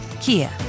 Kia